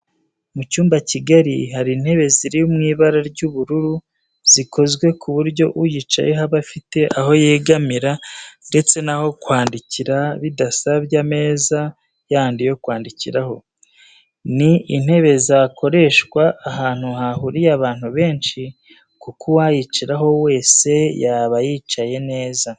Mu cyumba kigari hari intebe ziri mu ibara ry'ubururu zikozwe ku buryo uyicayeho aba afite aho yegamira ndetse n'aho kwandikira bidasabye ameza yandi yo kwandikiraho. Ni intebe zakoreshwa ahantu hahuriye abantu benshi kuko uwayicaraho wese yaba yicaye neza.